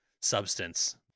substance